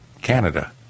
Canada